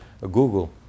Google